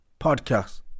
Podcast